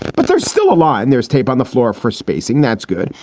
but there's still a line. there's tape on the floor for spacing. that's good.